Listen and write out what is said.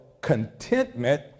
contentment